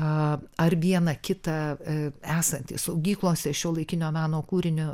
a ar vieną kitą esantį saugyklose šiuolaikinio meno kūrinių